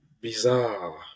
bizarre